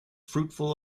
fruitful